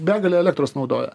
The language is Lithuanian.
begalę elektros naudoja